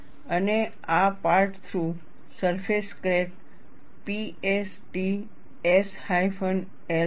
અને આ part through surface crack P S T S hyphen L છે